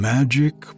Magic